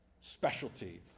specialty